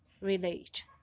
relate